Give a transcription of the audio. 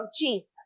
Jesus